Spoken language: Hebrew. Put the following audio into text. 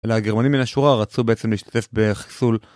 אלא הגרמנים מן השורה רצו בעצם להשתתף בחיסול.